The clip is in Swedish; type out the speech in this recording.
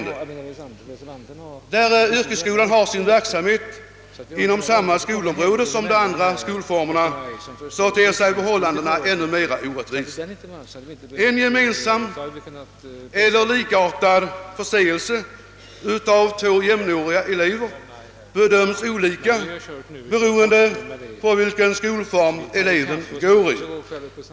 Där yrkesskolan har sin verksamhet inom samma skolområde som de andra skolformerna ter sig förhållandena ännu mer orättvisa. En gemensam eller likartad förseelse av två jämnåriga elever bedöms olika beroende på vilken skolform eleven går i.